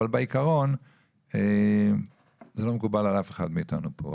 אבל בעיקרון זה לא מקובל על אף אחד מאיתנו פה,